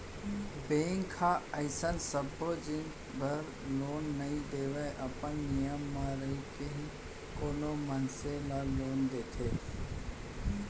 bank ह अइसन सबे जिनिस बर लोन नइ देवय अपन नियम म रहिके ही कोनो मनसे ल लोन देथे